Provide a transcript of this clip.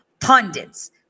pundits